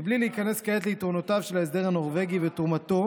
מבלי להיכנס כעת ליתרונותיו של ההסדר הנורבגי ותרומתו